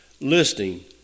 Listening